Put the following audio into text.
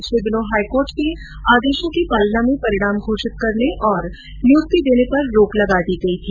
पिछले दिनों हाईकोर्ट के आदेशों की पालना में परिणाम घोषित करने और नियुक्ति देने पर रोक लगा दी गई थी